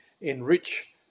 enrich